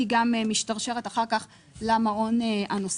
היא גם משתרשרת אחר כך למעון הנוסף,